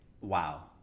Wow